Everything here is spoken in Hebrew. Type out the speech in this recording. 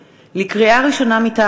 כי הונחו היום על שולחן הכנסת,